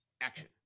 action